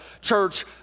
church